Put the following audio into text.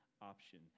option